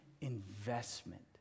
investment